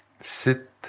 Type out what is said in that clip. Sit